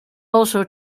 also